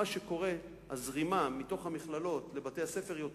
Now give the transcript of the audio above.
מה שקורה הוא שהזרימה מתוך המכללות לבתי-הספר היא אוטומטית.